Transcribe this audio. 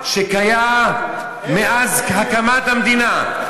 שהיה מאז הקמת המדינה,